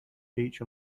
beach